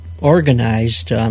organized